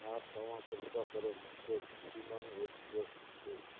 छा तव्हां कृपा करे मूंखे गतिमान एक्सप्रेस ते